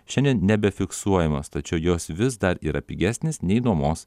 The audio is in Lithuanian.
šiandien nebefiksuojamos tačiau jos vis dar yra pigesnės nei nuomos